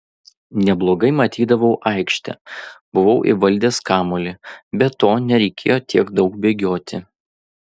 neblogai matydavau aikštę buvau įvaldęs kamuolį be to nereikėjo tiek daug bėgioti